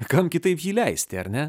kam kitaip jį leisti ar ne